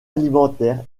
alimentaire